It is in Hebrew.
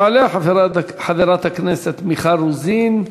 תעלה חברת הכנסת מיכל רוזין,